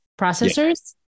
processors